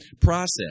process